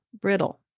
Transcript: brittle